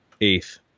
eighth